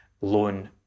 loan